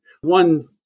One